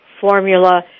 Formula